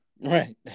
Right